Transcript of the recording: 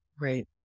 Right